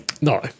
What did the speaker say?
No